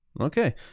Okay